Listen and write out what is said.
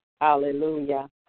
Hallelujah